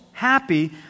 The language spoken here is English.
happy